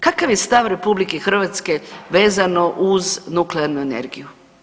Kakav je stav RH vezano uz nuklearnu energiju?